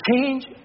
change